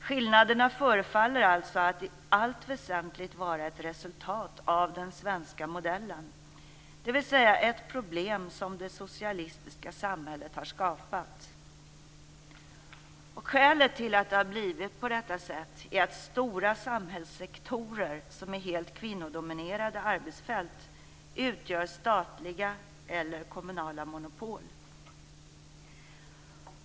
Skillnaderna förefaller alltså att i allt väsentligt vara ett resultat av den svenska modellen, dvs. ett problem som det socialistiska samhället har skapat. Skälet till att det har blivit på detta sätt är att stora samhällssektorer som är helt kvinnodominerade arbetsfält utgör statliga eller kommunala monopol.